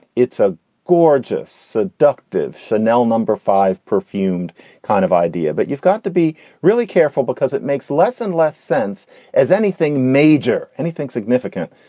it's a gorgeous, seductive chanel number five perfumed kind of idea. but you've got to be really careful because it makes less and less sense as anything major, anything significant.